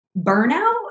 burnout